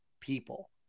people